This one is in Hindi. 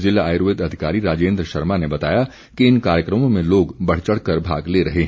ज़िला आयुर्वेद अधिकारी राजेन्द्र शर्मा ने बताया कि इन कार्यक्रमों में लोग बढ़चढ़ कर भाग ले रहे हैं